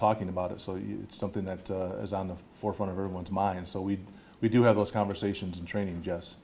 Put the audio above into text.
talking about it so you it's something that is on the forefront of everyone's mind so we do we do have those conversations and training just